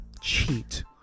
cheat